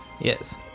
Yes